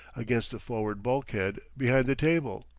against the forward bulkhead, behind the table.